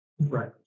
Right